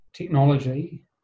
technology